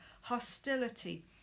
hostility